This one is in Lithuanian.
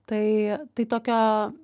tai tai tokio